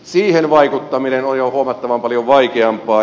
siihen vaikuttaminen on jo huomattavan paljon vaikeampaa